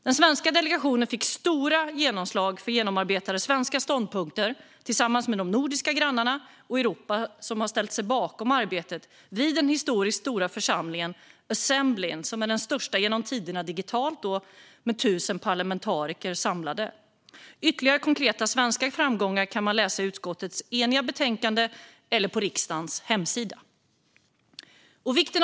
Den svenska delegationen fick stort genomslag för genomarbetade svenska ståndpunkter tillsammans med de nordiska grannarna och Europa, som har ställt sig bakom arbetet vid den historiskt stora församlingen, assemblyn, som är den största genom tiderna. Den sammanträdde digitalt med 1 000 parlamentariker samlade. Ytterligare konkreta svenska framgångar kan man läsa om i utskottets eniga betänkande eller på riksdagens hemsida.